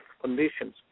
conditions